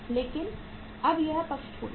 लेकिन अब यह पक्ष छोटा है